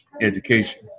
education